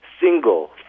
single